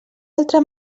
altra